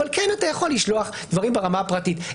אבל אתה כן יכול לשלוח דברים ברמה הפרטית,